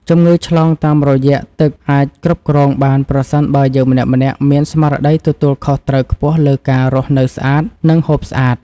ជំងឺឆ្លងតាមរយៈទឹកអាចគ្រប់គ្រងបានប្រសិនបើយើងម្នាក់ៗមានស្មារតីទទួលខុសត្រូវខ្ពស់លើការរស់នៅស្អាត និងហូបស្អាត។